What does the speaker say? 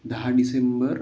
दहा डिसेंबर